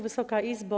Wysoka Izbo!